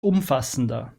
umfassender